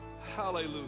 hallelujah